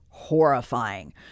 Horrifying